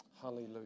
Hallelujah